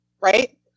right